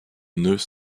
nœuds